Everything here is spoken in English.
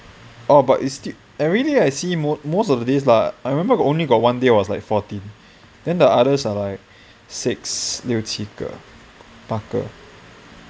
oh but it's still I really I see most most of the days lah I remember we got one day it was like fourteen then the others are like six 六七个八个